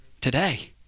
today